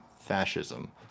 fascism